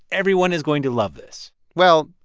everyone is going to love this well,